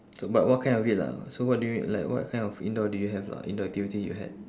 but what kind of it lah so what do you like what kind of indoor do you have lah indoor activity you had